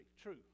True